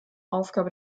aufgabe